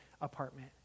apartment